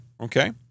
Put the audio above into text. Okay